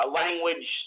language